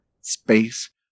space